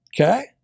Okay